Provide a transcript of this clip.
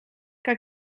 que